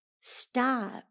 stop